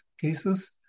Cases